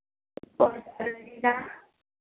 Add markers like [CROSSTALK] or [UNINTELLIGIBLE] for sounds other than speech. [UNINTELLIGIBLE] लगेगा